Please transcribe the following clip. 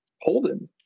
holden